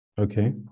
Okay